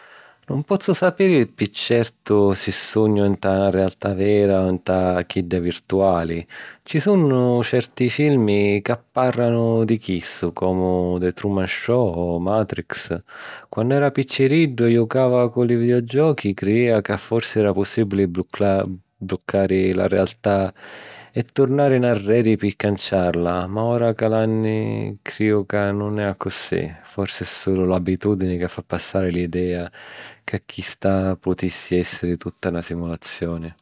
Nun pozzu sapiri pi certu si sugnu nta na rialtà vera o nta chidda virtuali. Ci sunnu certi filmi ca pàrranu di chistu, comu The Truman Show o Matrix. Quannu era picciriddu e jucava cu li videogiochi, criìa ca forsi era pussìbili blucca... bluccari la rialtà e turnari nnarreri pi canciarla, ma ora cu l’anni crìu ca nun è accussì. Forse è sulu l’abitùdini ca fa passari l’idea ca chista putissi èssiri tutta na simulazioni.